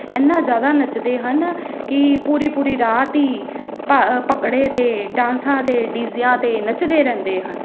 ਐਨਾ ਜ਼ਿਆਦਾ ਨੱਚਦੇ ਹਨ ਕਿ ਪੂਰੀ ਪੂਰੀ ਰਾਤ ਹੀ ਭ ਭੰਗੜੇ 'ਤੇ ਡਾਂਸਾਂ 'ਤੇ ਡੀਜ਼ਿਆਂ 'ਤੇ ਨੱਚਦੇ ਰਹਿੰਦੇ ਹਨ